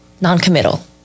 non-committal